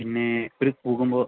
പിന്നേ ട്രിപ്പ് പോകുമ്പോൾ